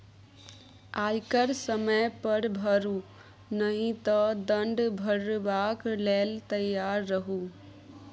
आयकर समय पर भरू नहि तँ दण्ड भरबाक लेल तैयार रहु